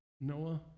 Noah